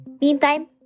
Meantime